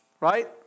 right